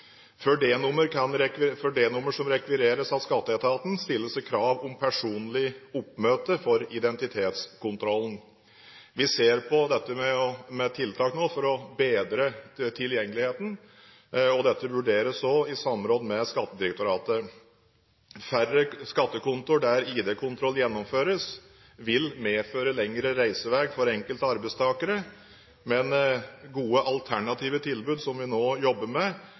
For D-nummer som rekvireres av skatteetaten, stilles det krav om personlig oppmøte for identitetskontrollen. Vi ser nå på dette med tiltak for å bedre tilgjengeligheten, og dette vurderes også i samråd med Skattedirektoratet. Færre skattekontor der ID-kontroll gjennomføres, vil medføre lengre reisevei for enkelte arbeidstakere, men gode alternative tilbud, som vi nå jobber med,